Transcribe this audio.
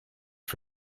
for